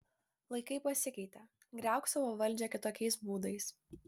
laikai pasikeitė griauk savo valdžią kitokiais būdais